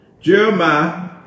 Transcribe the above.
Jeremiah